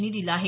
यांनी दिलं आहे